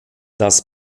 das